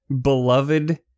beloved